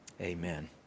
Amen